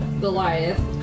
Goliath